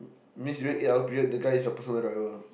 this rate yeah I'll period the guy is your personal driver